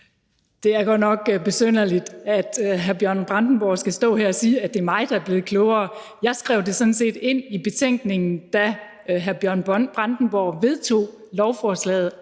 Det er godt nok besynderligt, at hr. Bjørn Brandenborg skal stå her og sige, at det er mig, der er blevet klogere. Jeg skrev det sådan set ind i betænkningen, da hr. Bjørn Brandenborg var med til at